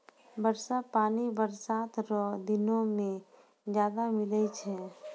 वर्षा पानी बरसात रो दिनो मे ज्यादा मिलै छै